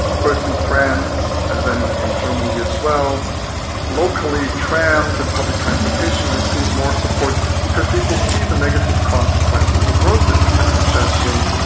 first in france and then in germany as well locally trams and public transportation receive more support because people see the negative consequences of road-building, the congestion,